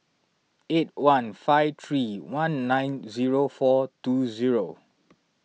eight one five three one nine zero four two zero